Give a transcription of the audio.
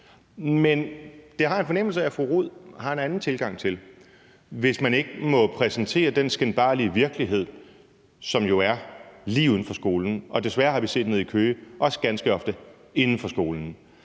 Men det har jeg en fornemmelse af at fru Lotte Rod har en anden tilgang til, hvis man ikke må præsentere den skinbarlige virkelighed, som jo er lige uden for skolen og desværre, har vi set nede i Køge, også ganske ofte inden for på skolen,